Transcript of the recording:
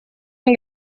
nel